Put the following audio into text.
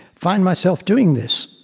find myself doing this?